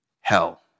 Hell